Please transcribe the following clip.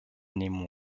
name